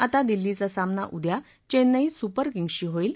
आता दिल्लीचा सामना उद्या चेन्नई सुपर किंग्जशी होईल